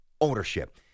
Ownership